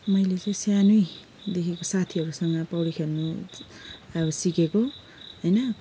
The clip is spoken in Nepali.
मैले चाहिँ सानैदेखिको साथीहरूसँग पौडी खेल्नु अब सिकेको होइन